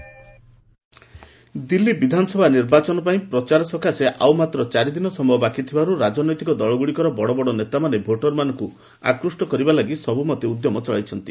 Delhi polls Delhi ବିଧାନସଭା ନିର୍ବାଚନ ପାଇଁ ପ୍ରଚାର ସକାଶେ ଆଉ ମାତ୍ର ଚାରିଦିନ ସମୟ ବାକିଥିବାରୁ ରାଜନୈତିକ ଦକ୍ଷଗୁଡ଼ିକର ବଡ଼ବଡ଼ ନେତାମାନେ ଭୋଟରମାନଙ୍କୁ ଆକ୍ଷ୍ଟ କରିବା ଲାଗି ସବ୍ମତେ ଉଦ୍ୟମ ଚଳାଇଛନ୍ତି